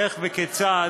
איך וכיצד,